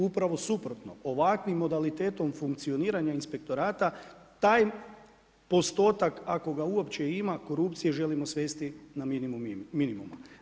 Upravo suprotno, ovakvim modalitetom, funkcioniranjem inspektorata, taj postotak, ako ga uopće ima korupcije želimo svesti na minimum.